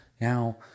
Now